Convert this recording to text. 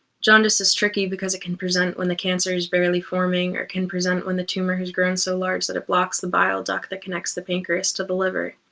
jaundice is tricky because it can present when the cancer is barely forming, or can present when the tumor has grown so large that it blocks the bile duct that connects the pancreas to the liver.